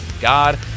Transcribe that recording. God